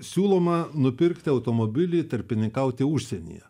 siūloma nupirkti automobilį tarpininkauti užsienyje